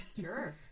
Sure